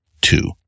two